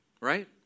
right